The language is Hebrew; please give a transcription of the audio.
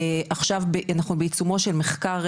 עכשיו אנחנו בעיצומו של סקר,